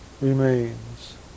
remains